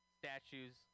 statues